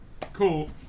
cool